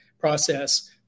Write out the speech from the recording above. process